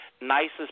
nicest